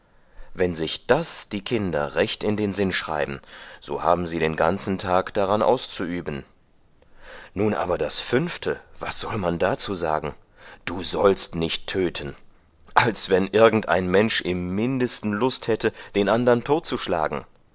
wenn sich das die kinder recht in den sinn schreiben so haben sie den ganzen tag daran auszuüben nun aber das fünfte was soll man dazu sagen du sollst nicht töten als wenn irgendein mensch im mindesten lust hätte den andern totzuschlagen